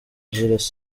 jules